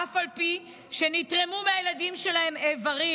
אף על פי שנתרמו מהילדים שלהם איברים,